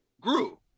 grew